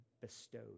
bestowed